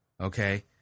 Okay